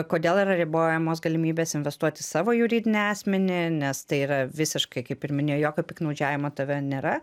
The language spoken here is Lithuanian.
kodėl yra ribojamos galimybės investuot į savo juridinį asmenį nes tai yra visiškai kaip ir minė jokio piktnaudžiavimo tave nėra